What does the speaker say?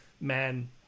Man